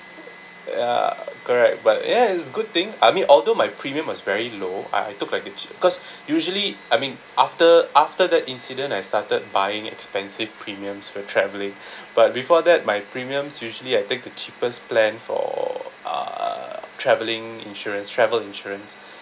ya correct but ya it's good thing I mean although my premium was very low ah I took like a ch~ cause usually I mean after after that incident I started buying expensive premiums for travelling but before that my premiums usually I take the cheapest plan for uh travelling insurance travel insurance